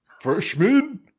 Freshman